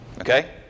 Okay